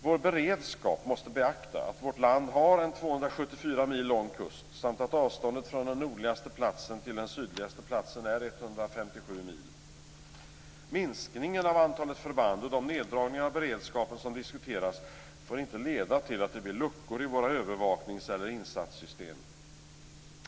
Vår beredskap måste beakta att vårt land har en 274 mil lång kust samt att avståndet från den nordligaste platsen till den sydligaste platsen är 157 mil. Minskningen av antalet förband och de neddragningar av beredskapen som diskuteras får inte leda till att det blir luckor i våra övervaknings eller insatssystem.